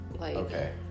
okay